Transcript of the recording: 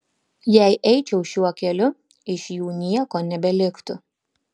jei eičiau šiuo keliu iš jų nieko nebeliktų